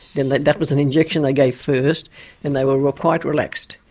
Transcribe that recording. and that that was an injection they gave first and they were were quite relaxed.